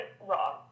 wrong